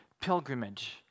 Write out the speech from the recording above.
pilgrimage